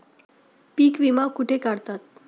पीक विमा कुठे काढतात?